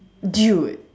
dude